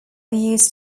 used